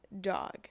dog